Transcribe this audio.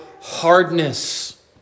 hardness